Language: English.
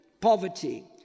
Poverty